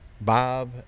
Bob